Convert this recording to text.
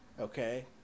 okay